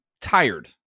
tired